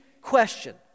question